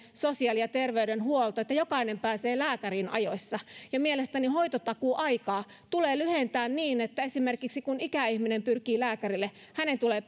sosiaali ja terveydenhuolto että jokainen pääsee lääkäriin ajoissa ja mielestäni hoitotakuuaikaa tulee lyhentää niin että esimerkiksi kun ikäihminen pyrkii lääkärille hänen tulee